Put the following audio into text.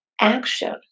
Action